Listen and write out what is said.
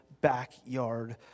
backyard